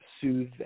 soothe